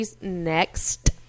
next